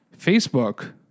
Facebook